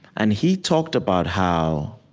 and he talked about how